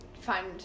find